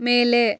ಮೇಲೆ